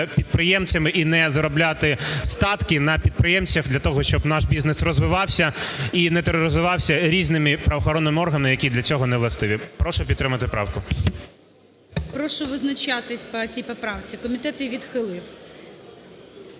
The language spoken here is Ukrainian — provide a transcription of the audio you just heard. і не заробляти статки на підприємцях для того, щоб наш бізнес розвивався і не тероризувався різними правоохоронними органами, які для цього не властиві. Прошу підтримати правку. ГОЛОВУЮЧИЙ. Прошу визначатись по цій поправці, комітет її відхилив.